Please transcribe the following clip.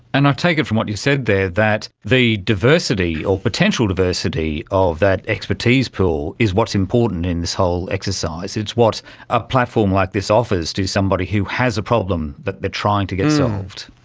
and i take it from what you've said there that the diversity or potential diversity of that expertise pool is what's important in this whole exercise, it's what a platform like this offers to somebody who has a problem that they're trying to get solved.